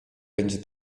będzie